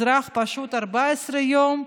אזרח פשוט, 14 יום,